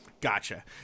Gotcha